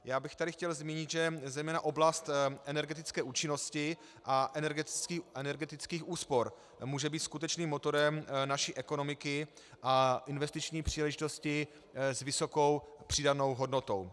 Já bych tady chtěl zmínit, že zejména oblast energetické účinnosti a energetických úspor může být skutečným motorem naší ekonomiky a investiční příležitosti s vysokou přídavnou hodnotou.